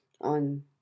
on